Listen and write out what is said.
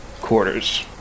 quarters